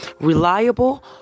Reliable